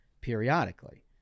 periodically